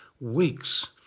weeks